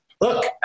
look